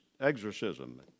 exorcism